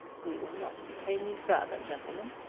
we will not detain you further, gentlemen.